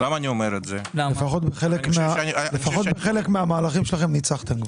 לפחות בחלק מהמהלכים שלכם ניצחתם כבר.